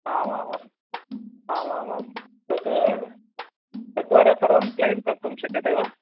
आमामाम् आमामां तद् तद्वारा सर्वं क्लैं कर्तुं शक्यते वा